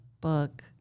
book